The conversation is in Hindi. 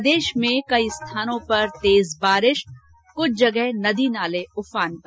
प्रदेश में कई स्थानों पर तेज बारिश नदी नाले उफान पर